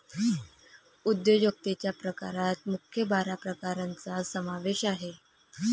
उद्योजकतेच्या प्रकारात मुख्य बारा प्रकारांचा समावेश आहे